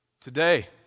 Today